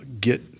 get